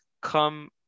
come